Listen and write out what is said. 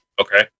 Okay